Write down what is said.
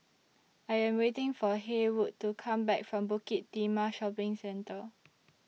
I Am waiting For Haywood to Come Back from Bukit Timah Shopping Centre